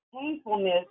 painfulness